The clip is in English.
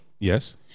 Yes